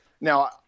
Now